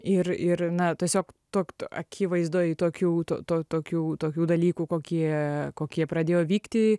ir ir na tiesiog to k akivaizdoj tokių to tokių tokių dalykų kokie kokie pradėjo vykti